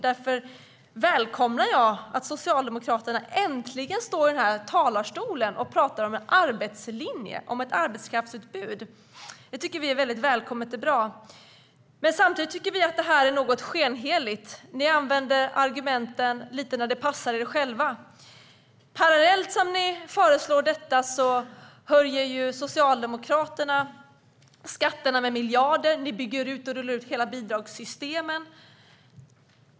Därför välkomnar jag att Socialdemokraterna äntligen står här i talarstolen och pratar om en arbetslinje och ett arbetskraftsutbud. Det tycker vi är väldigt välkommet och bra. Men samtidigt tycker vi att det här är något skenheligt. Ni använder argumenten lite när det passar er själva. Parallellt som ni föreslår detta höjer Socialdemokraterna skatterna med miljarder. Ni bygger ut och rullar ut hela bidragssystemen.